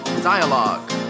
dialogue